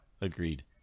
agreed